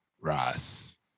Ross